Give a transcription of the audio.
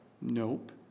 Nope